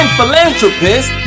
Philanthropist